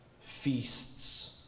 feasts